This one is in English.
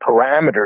parameters